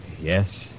Yes